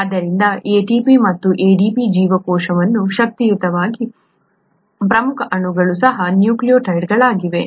ಆದ್ದರಿಂದ ATP ಮತ್ತು ADP ಜೀವಕೋಶದಲ್ಲಿನ ಶಕ್ತಿಯುತವಾಗಿ ಪ್ರಮುಖ ಅಣುಗಳು ಸಹ ನ್ಯೂಕ್ಲಿಯೊಟೈಡ್ಗಳಾಗಿವೆ